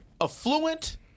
affluent